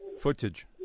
footage